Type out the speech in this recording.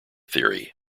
theory